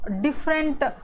different